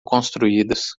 construídas